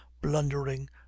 blundering